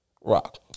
Rock